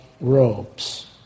robes